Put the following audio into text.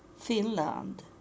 Finland